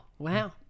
Wow